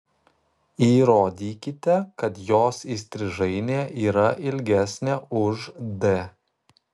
įrodykite kad jos įstrižainė yra ilgesnė už d